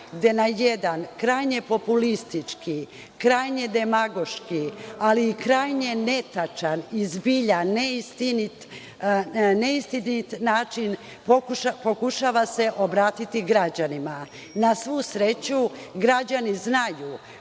gde na jedan krajnje populistički, krajnje demagoški, ali i krajnje netačan i zbilja neistinit način pokušava se obratiti građanima. Na svu sreću, građani znaju